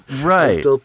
right